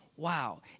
Wow